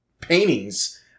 paintings